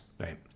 right